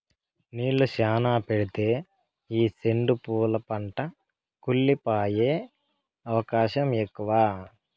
నీళ్ళు శ్యానా పెడితే ఈ సెండు పూల పంట కుళ్లి పోయే అవకాశం ఎక్కువ